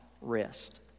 rest